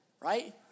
right